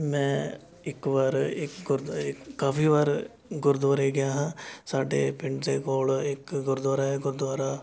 ਮੈਂ ਇੱਕ ਵਾਰ ਇੱਕ ਗੁਰਦੁਅ ਕਾਫੀ ਵਾਰ ਗੁਰਦੁਆਰੇ ਗਿਆ ਹਾਂ ਸਾਡੇ ਪਿੰਡ ਦੇ ਕੋਲ ਇੱਕ ਗੁਰਦੁਆਰਾ ਹੈ ਗੁਰਦੁਆਰਾ